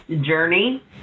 journey